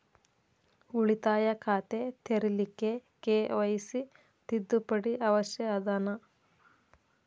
ಉಳಿತಾಯ ಖಾತೆ ತೆರಿಲಿಕ್ಕೆ ಕೆ.ವೈ.ಸಿ ತಿದ್ದುಪಡಿ ಅವಶ್ಯ ಅದನಾ?